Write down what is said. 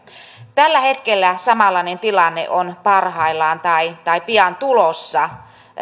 tällä hetkellä samanlainen tilanne on parhaillaan tai tai pian tulossa